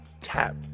Tap